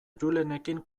julenekin